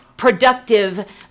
productive